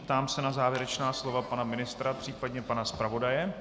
Ptám se na závěrečná slova pana ministra, případně pana zpravodaje.